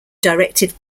directed